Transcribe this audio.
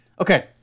Okay